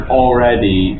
already